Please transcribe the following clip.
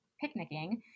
picnicking